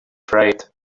afraid